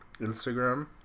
Instagram